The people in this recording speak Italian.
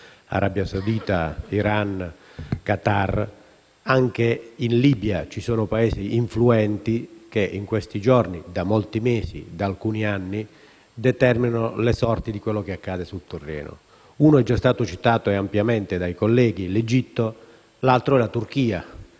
regionale, così anche in Libia ci sono Paesi influenti che in questi giorni, da molti mesi, da alcuni anni, determinano le sorti di quello che accade sul terreno. Uno è già stato citato ampiamente dai colleghi, l'Egitto, mentre l'altro è la Turchia;